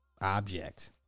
object